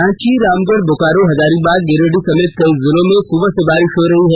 रांची रामगढ़ बोकारो हजारीबाग गिरिडीह समेत कई जिलों में सुबह से बारिश हो रही है